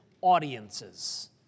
audiences